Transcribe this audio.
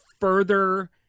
further